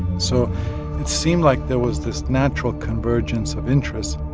so it seemed like there was this natural convergence of interests.